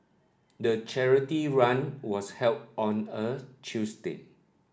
the charity run was held on a Tuesday